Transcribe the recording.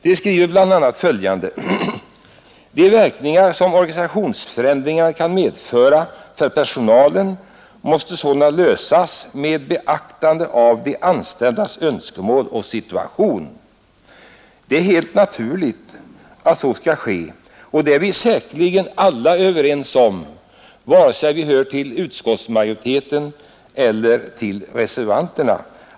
De skriver bl.a. följande: ”De verkningar som organisationsförändringarna kan komma att medföra för personalen måste sålunda lösas med beaktande av de anställdas önskemål och situation ———.” Det är helt naturligt att så skall ske. Säkerligen är vi alla överens om det, vare sig vi hör till utskottsmajoriteten eller reservanterna.